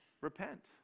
repent